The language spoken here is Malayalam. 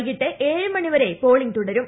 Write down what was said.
വൈകിട്ട് ഏഴ് മണി വരെ പോളിങ് തുടരും